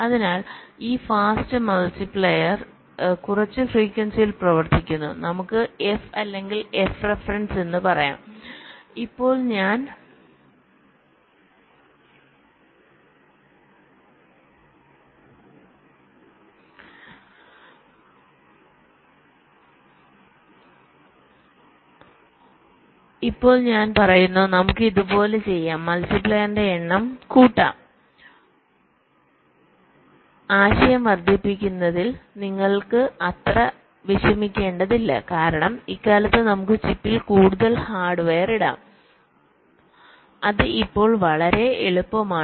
അതിനാൽ ഈ fast multiplier കുറച്ച് ഫ്രീക്വൻസിയിൽ പ്രവർത്തിക്കുന്നു നമുക്ക് എഫ് അല്ലെങ്കിൽ എഫ് റഫറൻസ്എന്ന് പറയാം ഇപ്പോൾ ഞാൻ പറയുന്നു നമുക്ക് ഇതുപോലൊന്ന് ചെയ്യാംമൾട്ടിപ്ലയറിന്റെ എണ്ണം കൂട്ടാം ആശയം വർദ്ധിപ്പിക്കുന്നതിൽ നിങ്ങൾക്ക് അത്ര വിഷമിക്കേണ്ടതില്ല കാരണം ഇക്കാലത്ത് നമുക്ക് ചിപ്പിൽ കൂടുതൽ ഹാർഡ്വെയർ ഇടാം അത് ഇപ്പോൾ വളരെ എളുപ്പമാണ്